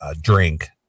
drink